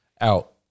out